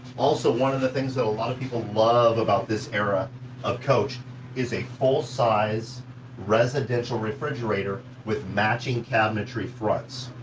also, one of the things that a lot of people love about this era of coach is a full size residential refrigerator with matching cabinetry fronts.